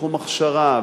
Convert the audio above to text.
בתחום ההכשרה,